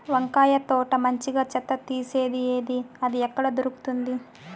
వంకాయ తోట మంచిగా చెత్త తీసేది ఏది? అది ఎక్కడ దొరుకుతుంది?